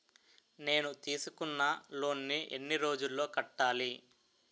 నేను తీసుకున్న లోన్ నీ ఎన్ని రోజుల్లో కట్టాలి?